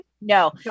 No